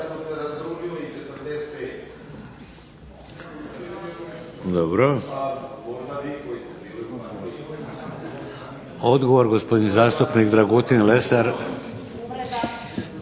Dobro. Odgovor, gospodin zastupnik Dragutin Lesar.